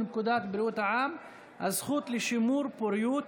פקודת בריאות העם (הזכות לשימור פוריות),